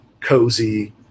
cozy